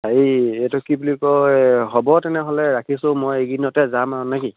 হেৰি এইটো কি বুলি কয় হ'ব তেনেহ'লে ৰাখিছোঁ মই এইকেইদিনতে যাম আৰু নে কি